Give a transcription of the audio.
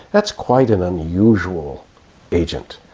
that's quite an unusual agent.